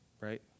right